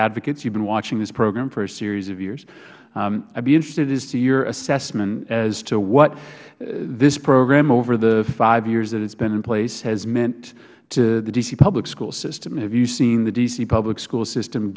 advocates you have been watching this program for a series of years i would be interested as to your assessment as to what this program over the five years that it has been in place has meant to the d c public school system have you seen the d c public school system